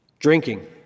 drinking